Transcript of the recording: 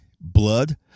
blood